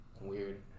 weird